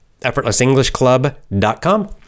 EffortlessEnglishClub.com